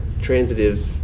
transitive